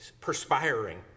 perspiring